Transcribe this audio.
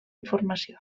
informació